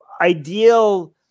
Ideal